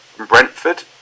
Brentford